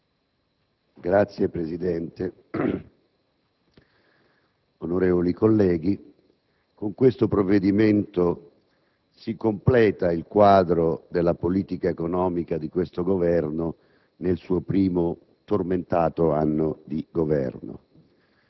Signor Presidente, onorevoli colleghi, con questo provvedimento si completa il quadro della politica economica dell'attuale Esecutivo nel suo primo tormentato anno di governo.